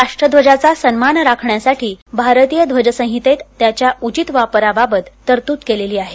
राष्ट्रध्वजाचा सन्मान राखण्यासाठी भारतीय ध्वज संहितेत त्याच्या उचित वापराबाबत तरतूद केलेलीआहे